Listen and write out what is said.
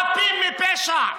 חפים מפשע?